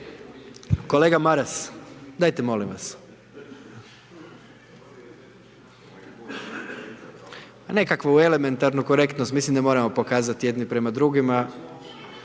Kolega Maras, dajte molim vas. Ma nekakvu elementarnu korektnost mislim da moramo pokazati jedni prema drugima.